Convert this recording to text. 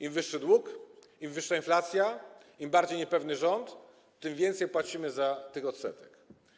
Im wyższy dług, im wyższa inflacja, im bardziej niepewny rząd, tym więcej płacimy tych odsetek.